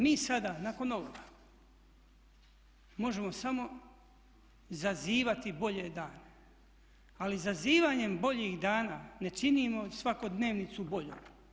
Mi sada nakon ovoga možemo samo zazivati bolje dane, ali zazivanjem boljih dana ne činimo svakodnevnicu boljom.